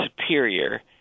superior